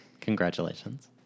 Congratulations